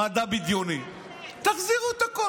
מדע בדיוני, תחזירו הכול.